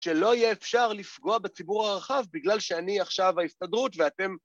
שלא יהיה אפשר לפגוע בציבור הרחב בגלל שאני עכשיו ההסתדרות ואתם...